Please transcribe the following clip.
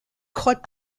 caught